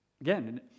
Again